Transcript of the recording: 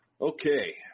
okay